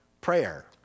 Prayer